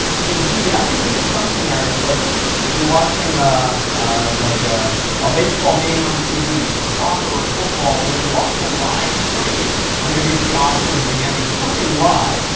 and indeed, i can think of some scenarios, like if you're watching a like ah a baseball game on tv or soccer or football where you're watching a live stream or maybe it's the oscars or the emmys, or something live,